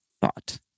thought